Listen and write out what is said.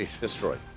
destroyed